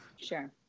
Sure